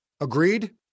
Agreed